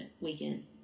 weekend